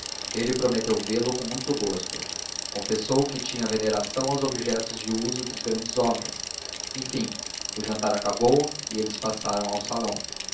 ele prometeu vê-lo com muito gosto confessou que tinha veneração aos objetos de uso dos grandes homens enfim o jantar acabou e eles passaram ao salão